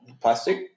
plastic